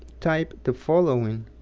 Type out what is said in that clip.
type the following